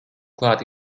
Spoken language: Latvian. klāt